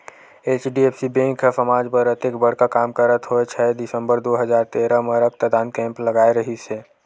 HDFC bank ह समाज बर अतेक बड़का काम करत होय छै दिसंबर दू हजार तेरा म रक्तदान कैम्प लगाय रिहिस हे